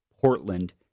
Portland